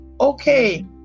Okay